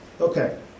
Okay